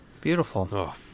Beautiful